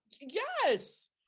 yes